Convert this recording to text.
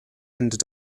and